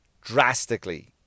drastically